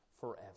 forever